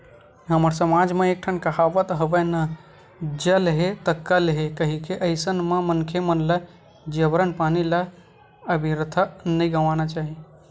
हमर समाज म एक ठन कहावत हवय ना जल हे ता कल हे कहिके अइसन म मनखे मन ल जबरन पानी ल अबिरथा नइ गवाना चाही